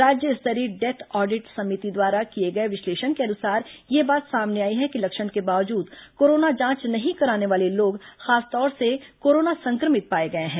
राज्य स्तरीय death audit समिति द्वारा किए गए विश्लेषण के अनुसार यह बात सामने आई है कि लक्षण के बावजूद कोरोना जांच नहीं कराने वाले लोग खासतौर से कोरोना संक्रमित पाए गए हैं